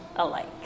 alike